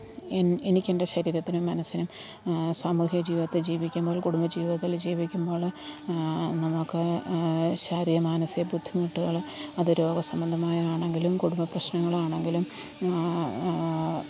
എനിക്കെൻ്റെ ശരീരത്തിനും മനസ്സിനും സാമൂഹ്യ ജീവിതത്തിൽ ജീവിക്കുമ്പോൾ കുടുംബ ജീവിതത്തിൽ ജീവിക്കുമ്പോൾ നമുക്ക് ശാരീ മാനസിക ബുദ്ധിമുട്ടുകൾ അതു രോഗ സംബന്ധമായാണെങ്കിലും കുടുംബപ്രശ്നങ്ങളാണെങ്കിലും